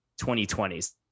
2020s